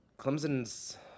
Clemson's